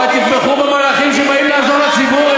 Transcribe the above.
אבל תתמכו במהלכים שבאים לעזור לציבור,